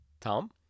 Tom